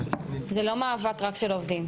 זה לא מאבק רק של העובדים.